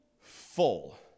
full